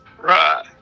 Right